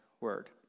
word